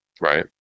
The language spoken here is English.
Right